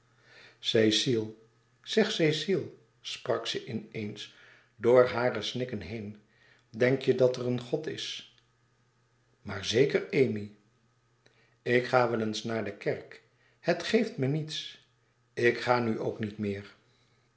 cecile zeg cecile sprak ze in eens door hare snikken heen denk je dat er een god is maar zeker amy ik ga wel eens naar de kerk het geeft me niets ik ga nu ook niet meer